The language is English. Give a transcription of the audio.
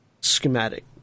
schematic